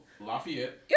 Lafayette